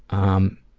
um,